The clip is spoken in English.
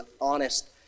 honest